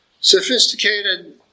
sophisticated